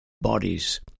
bodies